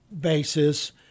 basis